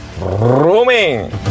roaming